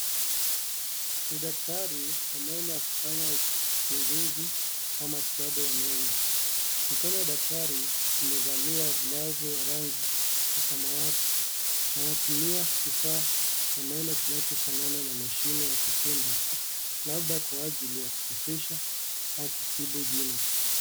Ni daktari wa meno akifanya uchunguzi wa matibabu ya meno . Mikono ya daktari imevaliwa glavu ya rangi ya samawati. Anatumia kifaa cha meno kinachofanana na mashine ya kukimbia labda Kwa ajili ya kusafisha au kutibu jino.